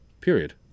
period